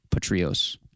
Patrios